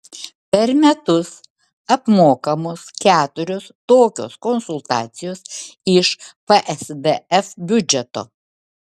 per metus apmokamos keturios tokios konsultacijos iš psdf biudžeto